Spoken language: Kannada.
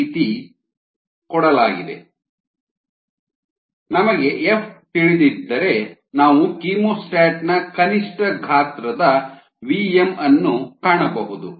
43 h 1 ನಮಗೆ F ತಿಳಿದಿದ್ದರೆ ನಾವು ಕೀಮೋಸ್ಟಾಟ್ನ ಕನಿಷ್ಠ ಗಾತ್ರದ V m ಅನ್ನು ಕಾಣಬಹುದು